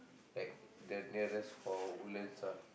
like the nearest for Woodlands ah